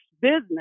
business